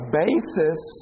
basis